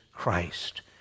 Christ